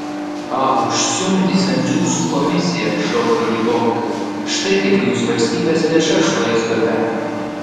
a užsiundysiu ant jūsų komisiją šaukė ji vovkai štai kaip jūs valstybės lėšas švaistote